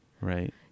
Right